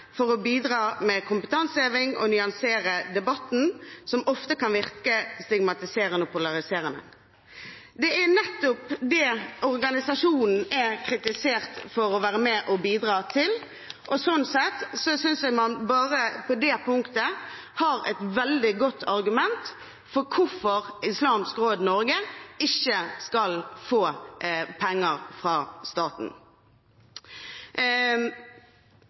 nettopp det organisasjonen er kritisert for å være med og bidra til, og sånn sett synes jeg man bare på det punktet har et veldig godt argument for hvorfor Islamsk Råd Norge ikke skal få penger fra staten.